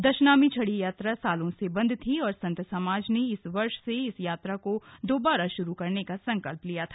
दशनामी छड़ी यात्रा सालों से बंद थी और संत समाज ने इस वर्ष से इस यात्रा को दोबारा शुरू करने का संकल्प लिया था